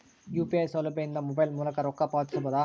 UPI ಸೌಲಭ್ಯ ಇಂದ mobile ಮೂಲಕ ರೊಕ್ಕ ಪಾವತಿಸ ಬಹುದಾ?